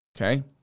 Okay